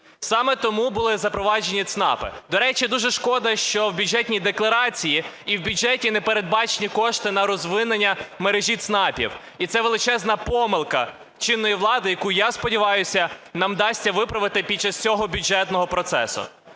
Саме тому були запроваджені ЦНАПи. До речі, дуже шкода, що у бюджетній декларації і в бюджеті не передбачені кошти на розвинення мережі ЦНАПів. І це величезна помилка чинної влади, яку, я сподіваюся, нам вдасться виправити під час цього бюджетного процесу.